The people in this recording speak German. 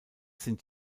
sind